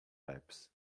laps